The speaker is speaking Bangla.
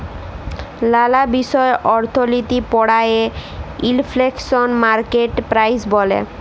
লালা বিষয় অর্থলিতি পড়ায়ে ইলফ্লেশল, মার্কেট প্রাইস ইত্যাদি